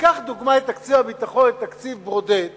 ניקח לדוגמה את תקציב הביטחון, את תקציב ברודט